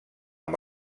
amb